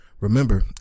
Remember